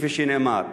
כפי שנאמר.